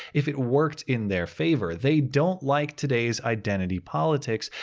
if it worked in their favor. they don't like today's identity politics,